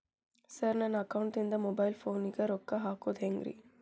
Sir ನನ್ನ ಅಕೌಂಟದಿಂದ mobile ಫೋನಿಗೆ ರೊಕ್ಕ ಹಾಕೋದು ಹೆಂಗ್ರಿ?